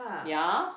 ya